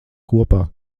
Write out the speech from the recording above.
kopā